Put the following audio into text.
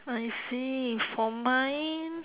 I see for mine